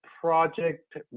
project